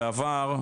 בעבר,